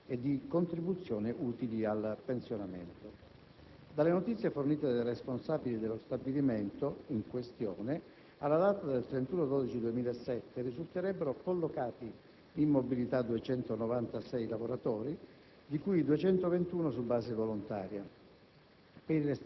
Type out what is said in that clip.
valutandosi il possesso dei requisiti di anzianità e di contribuzione utili al pensionamento. Dalle notizie fornite dai responsabili dello stabilimento in questione, alla data del 31 dicembre 2007, risulterebbero collocati in mobilità 296 lavoratori,